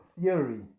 theory